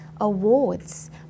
awards